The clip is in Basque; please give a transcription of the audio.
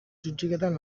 suntsiketan